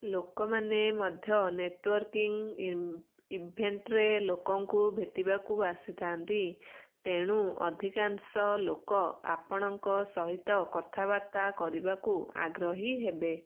ଲୋକମାନେ ମଧ୍ୟ ନେଟ୍ୱର୍କିଂ ଇଭେଣ୍ଟରେ ଲୋକଙ୍କୁ ଭେଟିବାକୁ ଆସିଥାନ୍ତି ତେଣୁ ଅଧିକାଂଶ ଲୋକ ଆପଣଙ୍କ ସହିତ କଥାବାର୍ତ୍ତା କରିବାକୁ ଆଗ୍ରହୀ ହେବେ